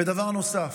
ודבר נוסף: